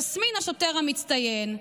תסמין השוטר המצטיין.